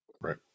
Right